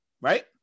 right